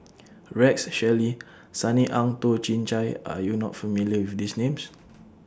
Rex Shelley Sunny Ang Toh Chin Chye Are YOU not familiar with These Names